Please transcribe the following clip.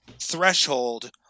threshold